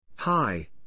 Hi